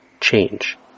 change